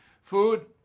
food